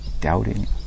doubting